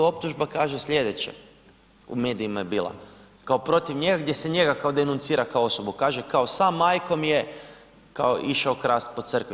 Optužba kaže slijedeće, u medijima je bila, kao protiv njega gdje se njega denuncira kao osobu, kaže kao sa majkom je kao išao krast po crkvi.